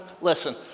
listen